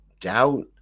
doubt